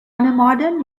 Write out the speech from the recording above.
modern